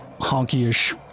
honky-ish